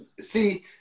see